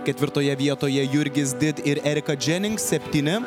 ketvirtoje vietoje jurgis did ir erika dženinks septyni